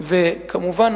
וכמובן,